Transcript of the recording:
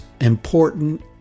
important